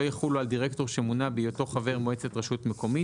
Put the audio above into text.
יחולו על דירקטור שמונה בהיותו חבר מועצת רשות מקומית,